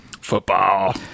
Football